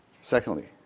secondly